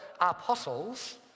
apostles